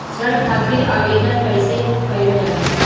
ऋण खातिर आवेदन कैसे कयील जाला?